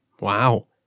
Wow